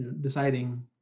deciding